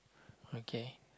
okay